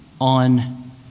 on